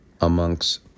amongst